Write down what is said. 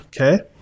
Okay